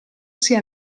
sia